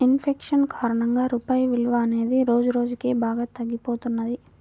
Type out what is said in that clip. in fashion కారణంగా రూపాయి విలువ అనేది రోజురోజుకీ బాగా తగ్గిపోతున్నది